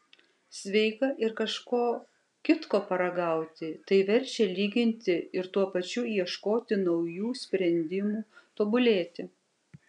sveika ir kažko kitko paragauti tai verčia lyginti ir tuo pačiu ieškoti naujų sprendimų tobulėti